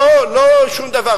לא שום דבר.